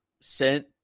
sent